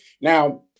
now